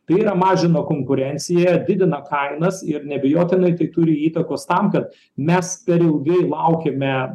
tai yra mažina konkurenciją didina kainas ir neabejotinai tai turi įtakos tam kad mes per ilgai laukiame